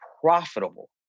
profitable